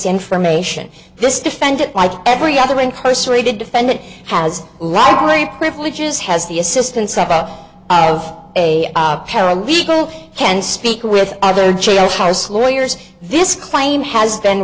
information this defendant like every other incarcerated defendant has lied claim privileges has the assistance of out of a paralegal can speak with other jailhouse lawyers this claim has been